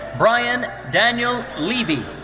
bryan daniel levy.